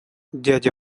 дядя